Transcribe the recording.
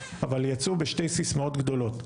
אבל יצאו בשתי סיסמאות גדולות,